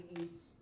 eats